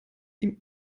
ihm